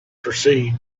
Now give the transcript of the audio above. proceed